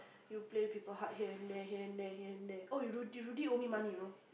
you play people heart here and there here and there here and there oh Rudy Rudy owe me money you know